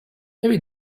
maybe